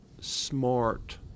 smart